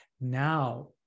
Now